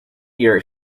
year